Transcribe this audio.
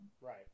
Right